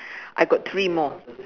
I got three more